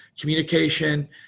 communication